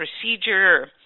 procedure